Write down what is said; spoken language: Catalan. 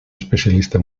especialista